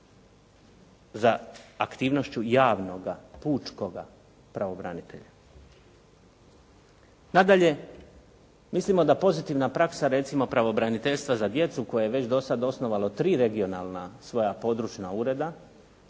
za aktivnošću javnoga pučkoga pravobranitelja. Nadalje, mislimo da pozitivna praksa, recimo pravobraniteljstva za djecu koja je već do sada osnovalo tri regionalna svoja područna ureda